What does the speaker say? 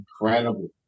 incredible